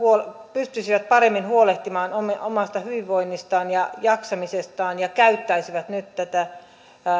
pystyisivät paremmin huolehtimaan omasta hyvinvoinnistaan ja jaksamisestaan ja käyttäisivät nyt näitä